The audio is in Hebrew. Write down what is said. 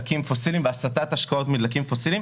הסטת השקעות מדלקים פוסיליים.